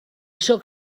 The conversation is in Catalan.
sóc